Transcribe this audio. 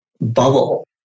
bubble